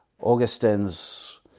Augustine's